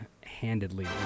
handedly